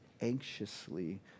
anxiously